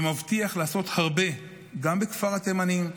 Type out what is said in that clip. ומבטיח לעשות הרבה גם בכפר התימנים,